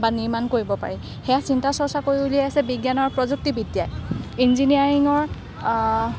বা নিৰ্মাণ কৰিব পাৰি সেয়া চিন্তা চৰ্চা কৰি উলিয়াইছে বিজ্ঞান আৰু প্ৰযুক্তিবিদ্যাই ইঞ্জিনিয়াৰিঙৰ